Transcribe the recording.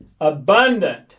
abundant